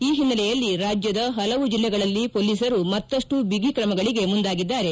ಈ ಹಿನ್ನೆಲೆಯಲ್ಲಿ ರಾಜ್ಯದ ಹಲವು ಜಿಲ್ಲೆಗಳಲ್ಲಿ ಪೊಲೀಸರು ಮತ್ತಪ್ನು ಬಿಗಿ ಕ್ರಮಗಳಿಗೆ ಮುಂದಾಗಿದ್ದಾರೆ